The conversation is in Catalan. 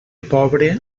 pobre